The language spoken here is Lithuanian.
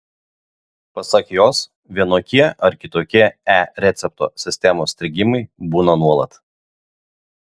pasak jos vienokie ar kitokie e recepto sistemos strigimai būna nuolat